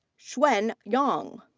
xuan yang.